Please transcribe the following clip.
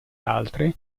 altre